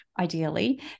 ideally